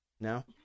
No